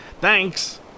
Thanks